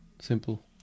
simple